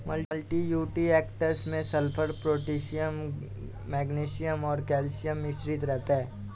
multi nutrients में sulphur, potassium magnesium और calcium मिश्रित रहता है